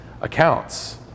accounts